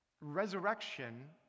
resurrection